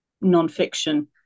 non-fiction